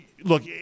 look